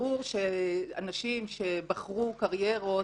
ברור שאנשים שבחרו קריירות,